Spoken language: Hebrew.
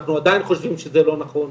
אנחנו עדיין חושבים שזה לא נכון.